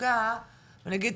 במצוקה ואני אגיד